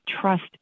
trust